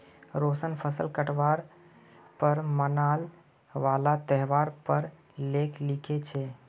रोशन फसल काटवार पर मनाने वाला त्योहार पर लेख लिखे छे